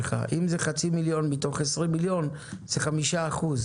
אם זה חצי מיליון מתוך 20 מיליון זה 5%. אם זה חצי מיליון מ-2 מיליון,